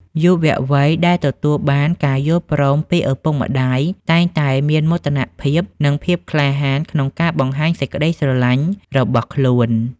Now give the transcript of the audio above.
យុវវ័យដែលទទួលបានការយល់ព្រមពីឪពុកម្ដាយ តែងតែមានមោទនភាព និងភាពក្លាហានក្នុងការបង្ហាញសេចក្ដីស្រឡាញ់របស់ខ្លួន។